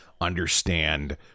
understand